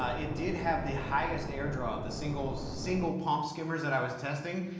ah it did have the highest air draw of the single single pump skimmers that i was testing,